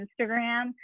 Instagram